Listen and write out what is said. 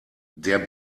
der